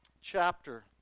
chapter